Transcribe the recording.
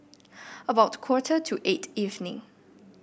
about quarter to eight evening